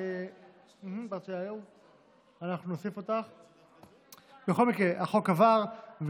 אני קובע כי הצעת חוק השיפוט הצבאי עברה בקריאה